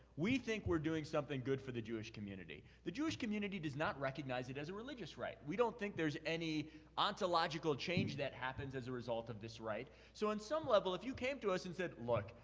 we think we're doing something good for the jewish community. the jewish community does not recognize it as a religious rite. we don't think there's any ontological change that happens as a result of this rite. so on some level, if you came to us and said, look,